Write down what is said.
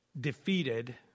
defeated